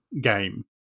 game